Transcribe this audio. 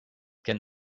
can